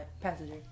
Passenger